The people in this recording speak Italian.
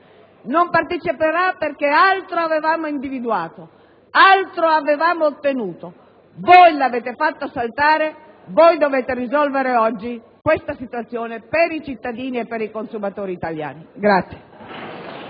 non parteciperà perché altro avevamo individuato, altro avevamo ottenuto. Voi l'avete fatto saltare, voi dovete risolvere oggi questa situazione per i cittadini e per i consumatori italiani.